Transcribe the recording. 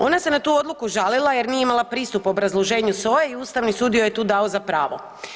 Ona se na tu odluku žalila jer nije imala pristup obrazloženju SOA-e i Ustavni sud joj je tu dao za pravo.